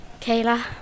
Kayla